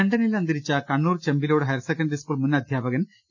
ലണ്ടനിൽ അന്തരിച്ച Kannur Chembilode higher secondary school മുൻ അധ്യാപകൻ പി